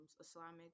Islamic